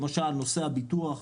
למשל, נושא הביטוח.